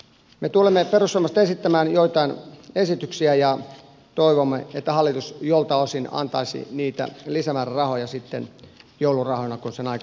me perussuomalaiset tulemme esittämään joitain esityksiä ja toivomme että hallitus joiltain osin antaisi niitä lisämäärärahoja sitten joulurahoina kun sen aika tulee